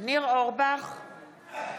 ניר אורבך,